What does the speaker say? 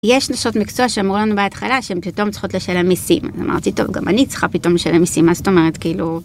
יש נשות מקצוע שאמרו לנו בהתחלה שהן פתאום צריכות לשלם מסים, אז אמרתי טוב גם אני צריכה פתאום לשלם מסים מה זאת אומרת כאילו.